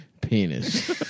Penis